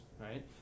right